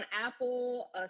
Apple